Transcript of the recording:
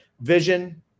Vision